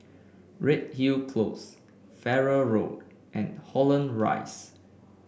Redhill Close Farrer Road and Holland Rise